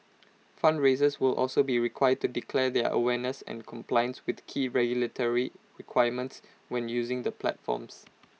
fundraisers will also be required to declare their awareness and compliance with key regulatory requirements when using the platforms